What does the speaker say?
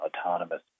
autonomous